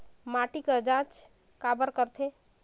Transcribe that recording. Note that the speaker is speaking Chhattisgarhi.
माटी कर जांच काबर करथे?